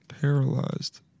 Paralyzed